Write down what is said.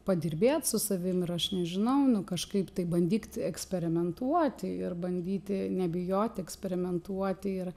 padirbėt su savim ir aš nežinau nu kažkaip taip bandyt eksperimentuoti ir bandyti nebijoti eksperimentuoti ir